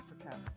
Africa